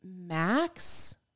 Max